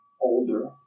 older